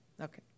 Okay